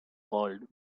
called